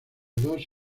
dos